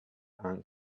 and